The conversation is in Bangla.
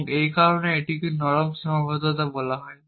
এবং এই কারণেই এটিকে নরম সীমাবদ্ধতা বলা হয়